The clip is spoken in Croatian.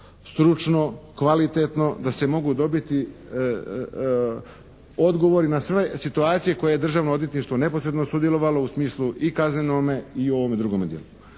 stručno, kvalitetno, da se mogu dobiti odgovori na sve situacije koje je Državno odvjetništvo neposredno sudjelovalo u smislu i kaznenome i ovome drugome dijelu.